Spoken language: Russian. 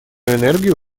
энергию